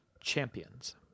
Champions